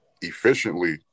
efficiently